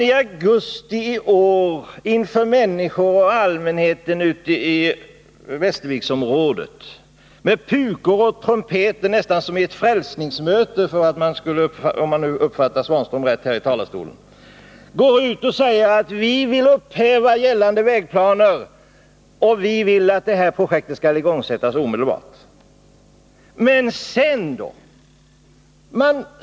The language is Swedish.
I augusti i år gick Ivan Svanström ut inför allmänheten i Västerviksområdet med pukor och trumpeter — nästan som på ett frälsningsmöte, om jag uppfattade herr Svanström rätt — och sade att man ville upphäva gällande vägplaner och önskade att detta projekt skulle igångsättas omedelbart. Men hur gick det sedan?